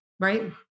right